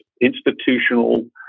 institutional